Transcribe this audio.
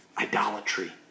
idolatry